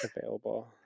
available